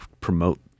promote